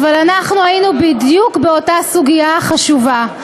אבל אנחנו היינו בדיוק באמצע סוגיה חשובה.